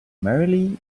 merrily